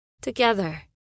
together